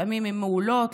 לפעמים הן מעולות,